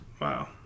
Wow